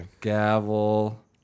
Gavel